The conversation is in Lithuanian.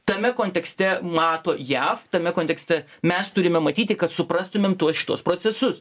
tame kontekste mato jav tame kontekste mes turime matyti kad suprastumėm tuos šituos procesus